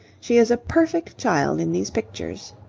she is a perfect child in these pictures.